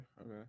okay